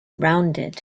rounded